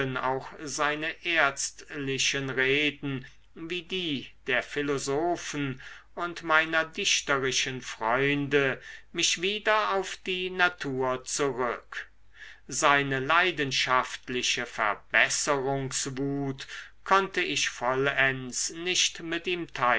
auch seine ärztlichen reden wie die der philosophen und meiner dichterischen freunde mich wieder auf die natur zurück seine leidenschaftliche verbesserungswut konnte ich vollends nicht